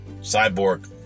cyborg